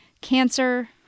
cancer